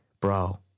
bro